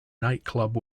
nightclub